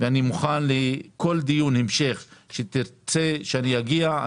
כל דיון המשך אליו תרצה שאגיע,